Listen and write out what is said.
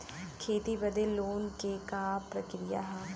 खेती बदे लोन के का प्रक्रिया ह?